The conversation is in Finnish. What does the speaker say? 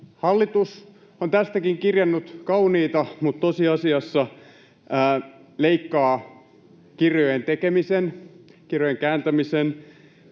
hallitus on tästäkin kirjannut kauniita, mutta tosiasiassa leikkaa kirjojen tekemisen, kirjojen kääntämisen